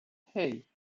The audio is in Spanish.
hey